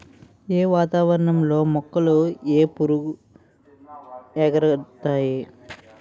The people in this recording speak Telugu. ఏ వాతావరణం లో మొక్కలు ఏపుగ ఎదుగుతాయి?